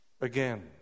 Again